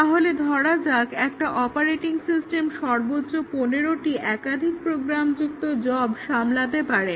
তাহলে ধরা যাক একটা অপারেটিং সিস্টেম সর্বোচ্চ 15টি একাধিক প্রোগ্রামযুক্ত জব সামলাতে পারে